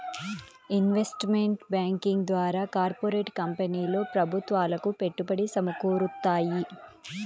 investment banking ద్వారా corporate కంపెనీలు ప్రభుత్వాలకు పెట్టుబడి సమకూరుత్తాయి